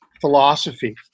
philosophy